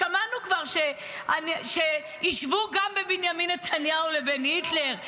שמענו כבר שהשוו גם בין בנימין נתניהו לבין היטלר.